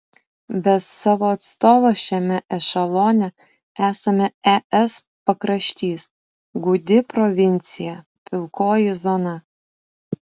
be savo atstovo šiame ešelone esame es pakraštys gūdi provincija pilkoji zona